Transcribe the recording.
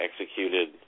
executed